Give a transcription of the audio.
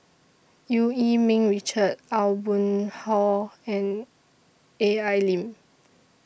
EU Yee Ming Richard Aw Boon Haw and A L Lim